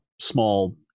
small